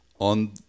on